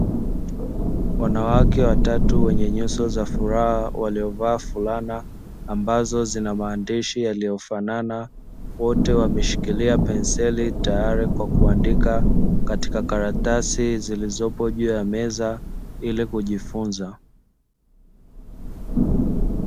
Wanawake watatu wenye nyuso za furaha waliovaa fulana ambazo zina maandishi yanayo fanana, wote wameshikilia penseli tayari kwa kuandika katika karatasi zilizopo juu ya meza, ili kujifunza.